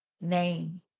name